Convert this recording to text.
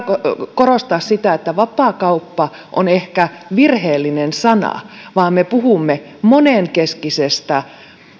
korostaa että vapaakauppa on ehkä virheellinen sana kun me puhumme monenkeskisestä